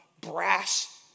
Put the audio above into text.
brass